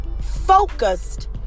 focused